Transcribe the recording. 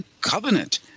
covenant